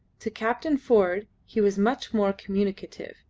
to captain ford he was much more communicative,